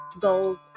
goals